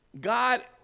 God